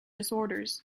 disorders